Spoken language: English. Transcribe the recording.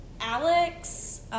Alex